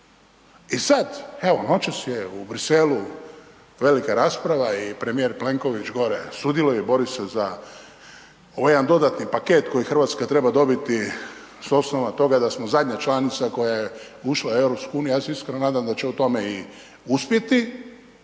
I sad, evo, noćas je u Bruxellesu velika rasprava i premijer Plenković gore sudjeluje i bori se za ovaj jedan dodatni paket koji Hrvatska treba dobiti s osnova toga da smo zadnja članica koja je ušla u EU, ja se iskreno nadam da će u tome i uspjeti,